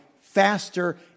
faster